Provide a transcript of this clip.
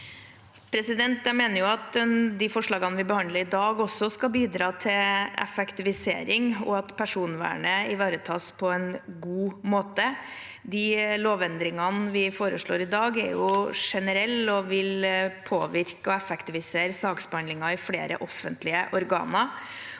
Jeg mener at forslagene vi behandler i dag, også skal bidra til effektivisering og at personvernet ivaretas på en god måte. De lovendringene vi foreslår i dag, er generelle og vil påvirke og effektivisere saksbehandlingen i flere offentlige organer.